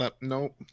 Nope